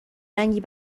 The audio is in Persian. رنگی